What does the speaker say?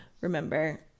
remember